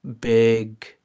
big